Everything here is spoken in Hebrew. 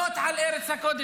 חבר הכנסת סעדה, הרגע דיברת.